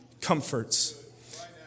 comforts